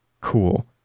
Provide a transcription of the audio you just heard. cool